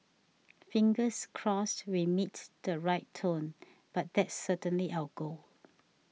fingers crossed we meet the right tone but that's certainly our goal